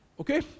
okay